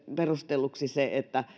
perustelluksi se että